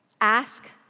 Ask